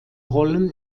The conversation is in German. rollen